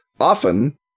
often